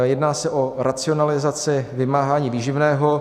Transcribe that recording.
Jedná se o racionalizaci vymáhání výživného.